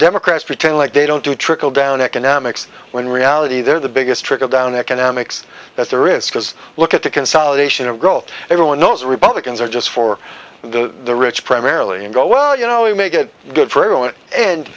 democrats pretend like they don't do trickle down economics when reality they're the biggest trickle down economics that's the risk because look at the consolidation of growth everyone knows republicans are just for the rich primarily and go well you know we make it good for everyone and